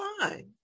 fine